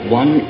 one